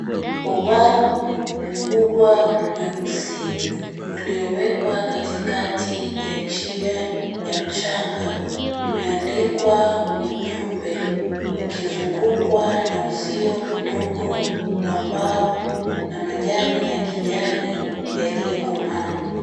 Ubao mkubwa mweusi uliowekwa katikati ya njia ya mchanga umeandikwa ujumbe ukizungukwa na uzio mdogo wa mbao na majani ya kijani yaliyokomaa.